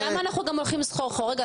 למה אנחנו גם הולכים סחור סחור.